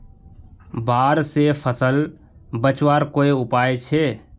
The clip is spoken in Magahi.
बाढ़ से फसल बचवार कोई उपाय छे?